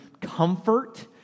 comfort